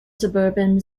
suburban